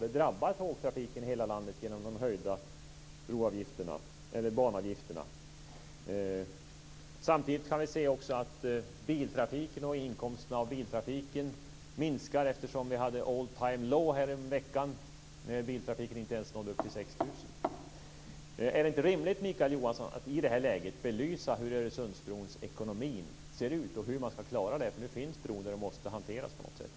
Det drabbar tågtrafiken i hela landet genom de höjda banavgifterna. Samtidigt kan vi också se att biltrafiken och inkomsterna från biltrafiken minskar eftersom vi hade an all-time low härom veckan när biltrafiken inte ens nådde upp till 6 000 fordon. Är det inte rimligt, Mikael Johansson, att i det här läget belysa hur Öresundsbrons ekonomi ser ut och hur man ska klara det? Nu finns ju bron där och måste hanteras på något sätt.